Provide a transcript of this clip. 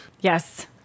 yes